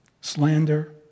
slander